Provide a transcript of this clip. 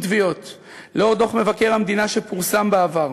לאור דוח מבקר המדינה שפורסם בעבר,